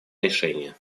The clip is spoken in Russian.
решения